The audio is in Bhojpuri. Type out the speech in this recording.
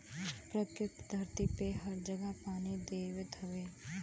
प्रकृति धरती पे हर जगह पानी देले हउवे